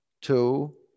two